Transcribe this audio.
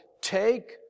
Take